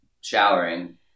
showering